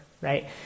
right